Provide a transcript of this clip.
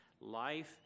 life